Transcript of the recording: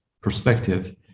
perspective